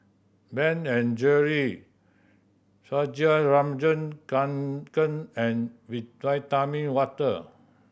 Ben and Jerry Fjallraven Kanken and Water